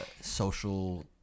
social